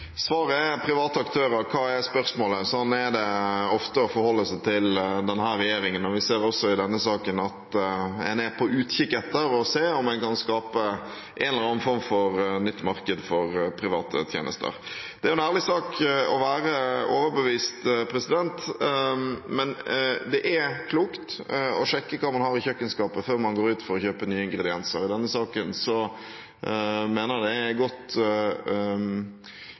Svaret er private aktører, men hva er spørsmålet? Slik er det ofte å forholde seg til denne regjeringen. Vi ser også i denne saken at en er på utkikk etter og ser om en kan skape en eller annen form for nytt marked for private tjenester. Det er en ærlig sak å være overbevist, men det er klokt å sjekke hva man har i kjøkkenskapet, før man går ut for å kjøpe nye ingredienser. I denne saken mener jeg det er godt